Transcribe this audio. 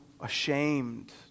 ashamed